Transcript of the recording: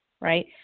right